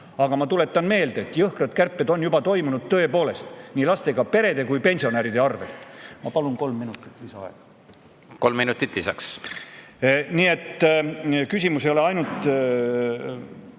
Aga ma tuletan meelde, et jõhkrad kärped on juba toimunud, tõepoolest, nii lastega perede kui ka pensionäride arvel. Ma palun kolm minutit lisaaega. Kolm minutit lisaks. Kolm minutit